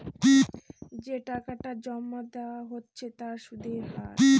যে টাকাটা জমা দেওয়া হচ্ছে তার সুদের হার